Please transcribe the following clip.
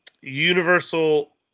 Universal